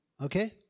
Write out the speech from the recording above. Okay